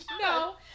no